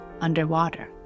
underwater